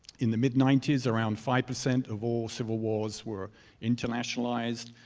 in the mid ninety s, around five percent of all civil wars were internationalized.